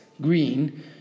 green